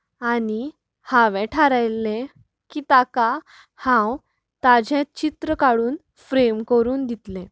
आनी हांवें थारायिल्ले की ताका हांव ताजे चित्र काडून फ्रेम करून दितलें